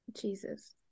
Jesus